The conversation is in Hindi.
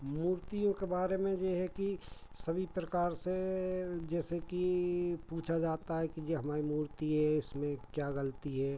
मूर्तियों के बारे में यह है कि सभी प्रकार से जैसे कि पूछा जाता है कि ये हमारी मूर्ति है इसमें क्या ग़लती है